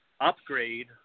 upgrade